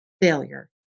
failure